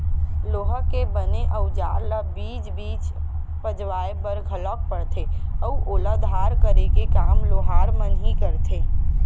लोहा के बने अउजार ल बीच बीच पजवाय बर घलोक परथे अउ ओला धार करे के काम लोहार मन ही करथे